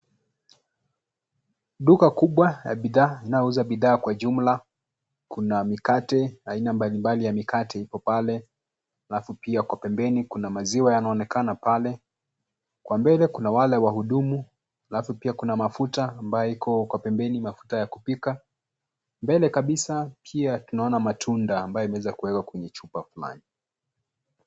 Duka kubwa la bidhaa linalouza bidhaa kwa jumla. Kuna mikate, aina mbalimbali ya mikakati ipo pale. Alafu pia kwa pembeni kuna maziwa yanaonekana pale. Kwa mbele kuna wale wahudumu, halafu pia kuna mafuta ambayo iko kwa pembeni, mafuta ya kupika. Mbele kabisa pia tunaona matunda ambayo imewezwa kuwekwa kwenye chupa fulani.